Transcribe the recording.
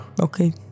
Okay